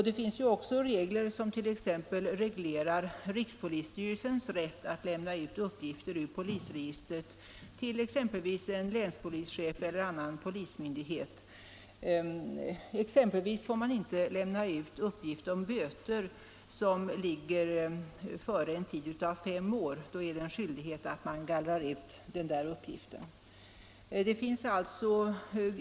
Det finns också bestämmelser som reglerar rikspolisstyrelsens rätt att lämna ut uppgifter ur polisregistret, exempelvis till länspolischef eller annan polismyndighet. Man får bl.a. inte lämna ut uppgift om böter som ligger längre tillbaka i tiden än fem år — då har man skyldighet att gallra ut uppgiften.